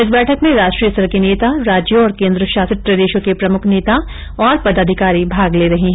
इस बैठक में राष्ट्रीय स्तर के नेता राज्यों और केन्द्र शासित प्रदेशो के प्रमुख नेता और पदाधिकारी भाग ले रहे हैं